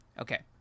Okay